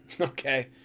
okay